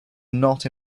not